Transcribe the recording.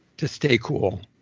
to stay cool,